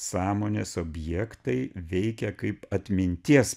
sąmonės objektai veikia kaip atminties